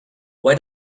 why